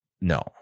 No